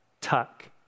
Tuck